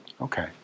Okay